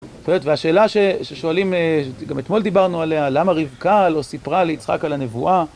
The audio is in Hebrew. והשאלה ששואלים, גם אתמול דיברנו עליה, למה רבקה לא סיפרה ליצחק על הנבואה?